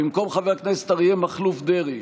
במקום חבר הכנסת אריה מכלוף דרעי,